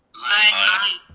aye.